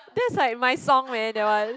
that's like my song man that one